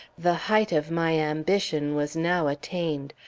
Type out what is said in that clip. the height of my ambition was now attained.